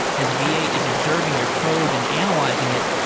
as v eight is observing your code and analyzing it,